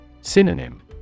Synonym